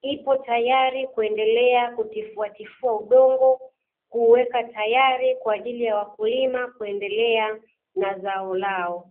ipo tayari kuendelea kutifua tifua udongo, kuuweka tayari kwa ajili ya wakulima kuendelea na zao lao.